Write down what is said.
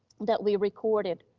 that we recorded,